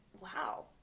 wow